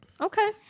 Okay